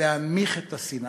להנמיך את השנאה.